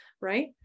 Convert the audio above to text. Right